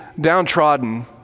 downtrodden